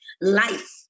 life